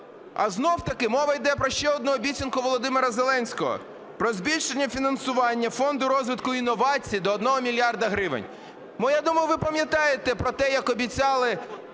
А знову-таки мова йде про ще одну обіцянку Володимира Зеленського про збільшення фінансування Фонду розвитку інновацій до 1 мільярда гривень. Я думаю, ви пам'ятаєте про те, як обіцяли